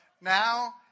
Now